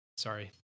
Sorry